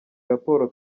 raporo